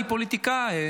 אני פוליטיקאי,